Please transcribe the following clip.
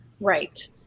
Right